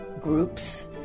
groups